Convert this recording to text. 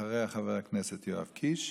אחריה, חבר הכנסת יואב קיש.